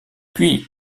puis